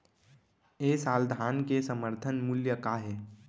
ए साल धान के समर्थन मूल्य का हे?